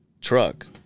truck